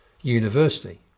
university